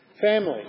Family